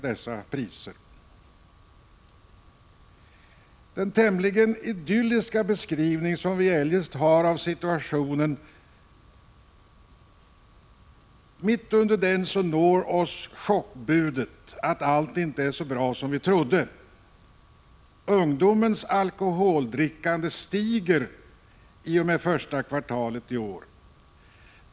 Mitt under den tämligen idylliska beskrivning som vi eljest har av situationen når oss chockbudet att allt inte är så bra som vi trodde. Ungdomens alkoholdrickande steg första kvartalet i år.